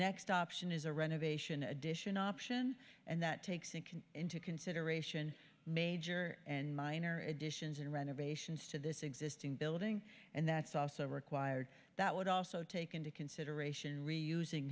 next option is a renovation addition option and that takes it can into consideration major and minor additions and renovations to this existing building and that's also required that would also take into consideration reusing